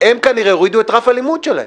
הם כנראה הורידו את רף הלימוד שלהם.